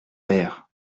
pères